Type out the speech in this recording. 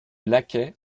lacay